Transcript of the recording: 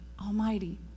Almighty